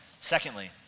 Secondly